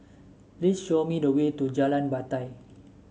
please show me the way to Jalan Batai